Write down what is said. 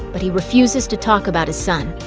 but he refuses to talk about his son.